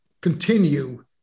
continue